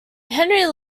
henry